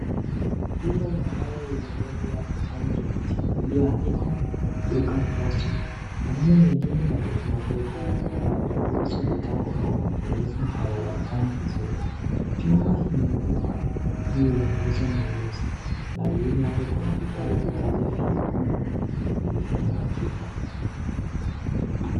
Chupa ya dawa yenye lebo ya kijani kibichi iliyoandikwa (cs)Brucan Capsule(cs),maneno mengine madogo madogo labda kuhusu mitambo ama matumizi hayaonekani vizuri. Chupa imewekwa juu ya uso mweusi na chini yake kuna vidonge vichache vyekundu vilivyo mwagika.